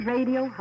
Radio